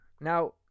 Now